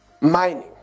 mining